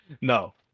No